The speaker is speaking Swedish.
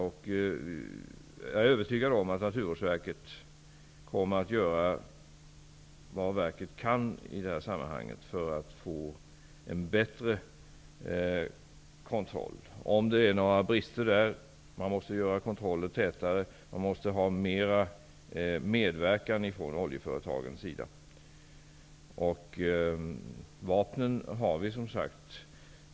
Jag är övertygad om att Naturvårdsverket kommer att göra vad verket kan i det här sammanhanget för att få en bättre kontroll, om det är några brister, om man måste göra kontroller tätare, om man måste ha mer medverkan från oljeföretagens sida. Vapnen har vi som sagt.